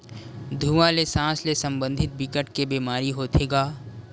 धुवा ले सास ले संबंधित बिकट के बेमारी होथे गा